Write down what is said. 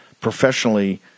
professionally